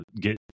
get